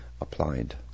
applied